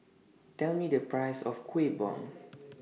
Tell Me The Price of Kueh Bom